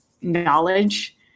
knowledge